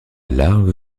larve